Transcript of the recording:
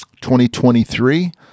2023